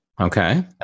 Okay